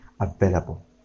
Available